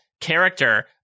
character